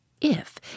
If